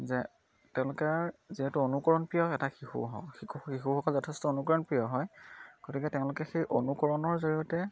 যে তেওঁলোকে যিহেতু অনুকৰণ প্ৰিয় এটা শিশু শিশু শিশুসকল যথেষ্ট অনুকৰণ প্ৰিয় হয় গতিকে তেওঁলোকে সেই অনুকৰণৰ জৰিয়তে